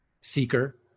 seeker